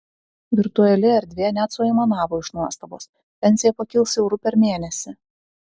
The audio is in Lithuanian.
virtuali erdvė net suaimanavo iš nuostabos pensija pakils euru per mėnesį